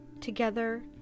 Together